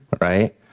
right